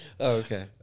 Okay